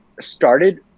started